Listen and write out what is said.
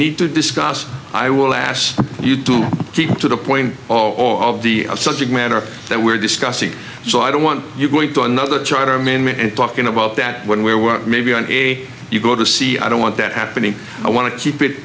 need to discuss i will ask you to keep to the point of the subject matter that we're discussing so i don't want you going to another charter amendment and talking about that one where we're maybe on a you go to see i don't want that happening i want to keep it